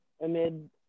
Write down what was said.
amid